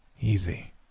Easy